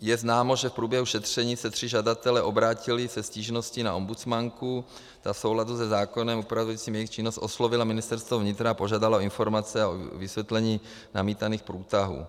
Je známo, že v průběhu šetření se tři žadatelé obrátili se stížností na ombudsmanku, ta v souladu se zákonem upravujícím jejich činnost oslovila Ministerstvo vnitra a požádala o informace a o vysvětlení namítaných průtahů.